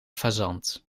fazant